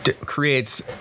creates